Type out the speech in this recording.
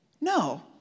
No